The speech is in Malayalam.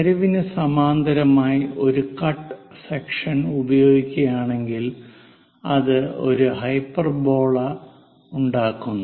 ചരിവിനു സമാന്തരമായി ഒരു കട്ട് സെക്ഷൻ ഉപയോഗിക്കുകയാണെങ്കിൽ അത് ഒരു ഹൈപ്പർബോള ഉണ്ടാക്കുന്നു